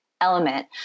element